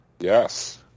Yes